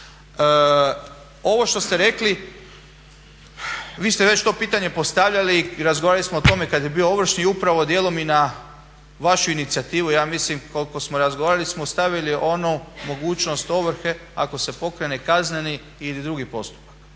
Ovo što ste rekli, vi ste već to pitanje postavljali i razgovarali smo o tome kad je bio ovršni, upravo dijelom i na vašu inicijativu ja mislim koliko smo razgovarali smo ostavili onu mogućnost ovrhe ako se pokrene kazneni ili drugi postupak.